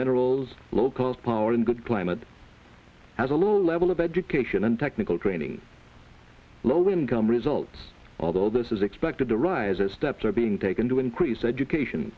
minerals low cost power and good climate has a low level of education and technical training low income results although this is expected to rise as steps are being taken to increase education